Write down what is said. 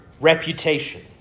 Reputation